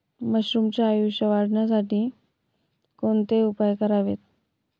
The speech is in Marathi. मशरुमचे आयुष्य वाढवण्यासाठी कोणते उपाय करावेत?